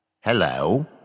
Hello